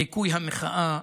דיכוי המחאה,